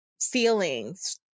feelings